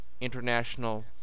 international